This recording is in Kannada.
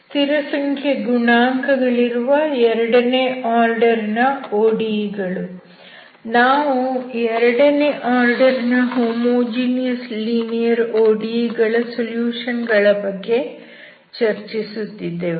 ಸ್ಥಿರಸಂಖ್ಯೆ ಗುಣಾಂಕಗಳಿರುವ ಎರಡನೇ ಆರ್ಡರ್ ನ ODE ಗಳು ನಾವು ಎರಡನೇ ಆರ್ಡರ್ ನ ಹೋಮೋಜಿನಿಯಸ್ ಲೀನಿಯರ್ ODE ಗಳ ಸೊಲ್ಯೂಷನ್ ಗಳ ಬಗ್ಗೆ ಚರ್ಚಿಸುತ್ತಿದ್ದೆವು